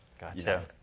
Gotcha